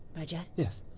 rudyard? yes.